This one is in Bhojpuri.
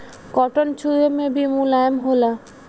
कॉटन छुवे मे भी मुलायम होला